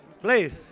please